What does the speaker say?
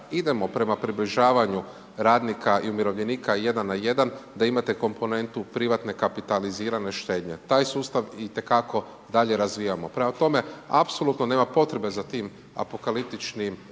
idemo prema približavanju radnika i umirovljenika 1 na 1 da imate komponentu privatne kapitalizirane štednje. Taj sustav itekako dalje razvijamo. Prema tome, apsolutno nema potrebe za tim apsolutno